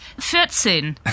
14